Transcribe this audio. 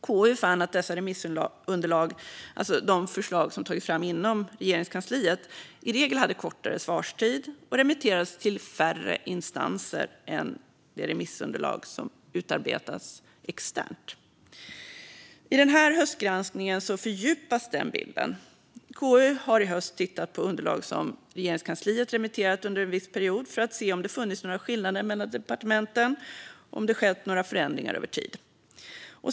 KU fann att de remissunderlag som tagits fram inom Regeringskansliet i regel hade kortare svarstid och remitterades till färre instanser än de remissunderlag som utarbetats externt. I den här höstgranskningen fördjupas den bilden. KU har i höst tittat på underlag som Regeringskansliet remitterat under en viss period för att se om det funnits några skillnader mellan departementen och om det skett några förändringar över tid.